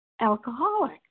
alcoholic